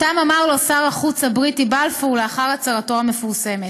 שאותם אמר לו שר החוץ הבריטי בלפור לאחר הצהרתו המפורסמת: